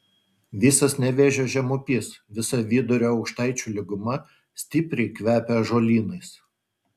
visas nevėžio žemupys visa vidurio aukštaičių lyguma stipriai kvepia ąžuolynais